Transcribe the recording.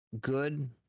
good